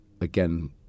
again